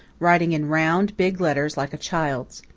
writing in round, big letters like a child's.